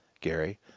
Gary